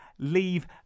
leave